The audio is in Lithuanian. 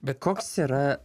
bet koks yra